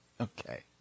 Okay